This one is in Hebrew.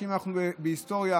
אנחנו בהיסטוריה